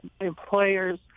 employers